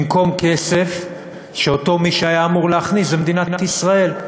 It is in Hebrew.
במקום הכסף שמי שהייתה אמורה להכניס אותו זו מדינת ישראל.